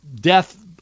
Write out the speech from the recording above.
death